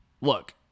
look